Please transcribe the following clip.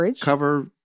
cover-